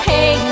Hey